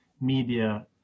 media